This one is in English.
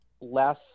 less